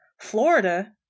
Florida